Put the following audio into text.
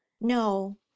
No